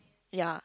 ya